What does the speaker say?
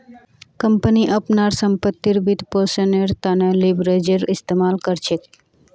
company अपनार संपत्तिर वित्तपोषनेर त न लीवरेजेर इस्तमाल कर छेक